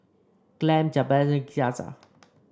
Clem Jabez Ceasar